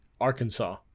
arkansas